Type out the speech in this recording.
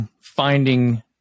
finding